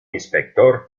inspector